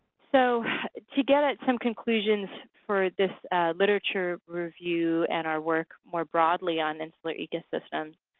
so to get at some conclusions for this literature review, and our work more broadly on the insular ecosystems.